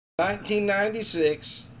1996